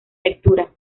lectura